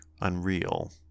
unreal